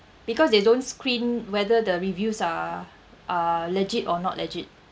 because they don't screen whether the reviews are are legit or not legit